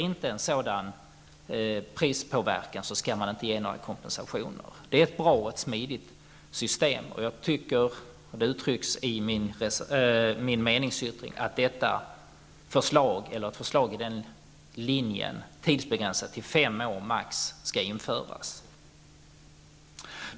Om en sådan prispåvekan inte sker skall man inte ge några kompensationer. Det är ett bra och smidigt system. Jag uttrycker i min meningsyttring att ett förslag med denna inriktning, tidsbegränsat till maximalt 5 år, skall genomföras.